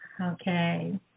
Okay